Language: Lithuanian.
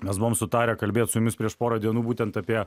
mes buvom sutarę kalbėt su jumis prieš porą dienų būtent apie